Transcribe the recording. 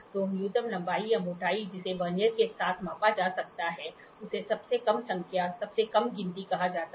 तो न्यूनतम लंबाई या मोटाई जिसे वर्नियर के साथ मापा जा सकता है उसे सबसे कम संख्या सबसे कम गिनती कहा जाता है